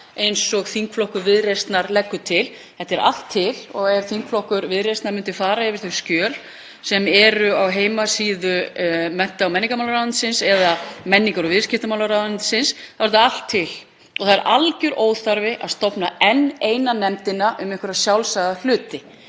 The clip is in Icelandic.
eins og þingflokkur Viðreisnar leggur til. Þetta er allt til og ef þingflokkur Viðreisnar myndi fara yfir þau skjöl sem eru á heimasíðu mennta- og menningarmálaráðuneytisins eða menningar- og viðskiptaráðuneytisins þá er þetta allt til og það er alger óþarfi að stofna enn eina nefndina um einhverja sjálfsagða hluti.